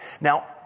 Now